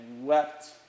wept